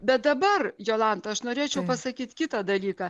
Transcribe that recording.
bet dabar jolanta aš norėčiau pasakyt kitą dalyką